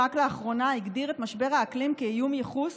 רק לאחרונה הגדירה את משבר האקלים כאיום ייחוס